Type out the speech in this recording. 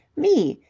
me!